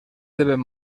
deben